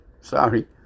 sorry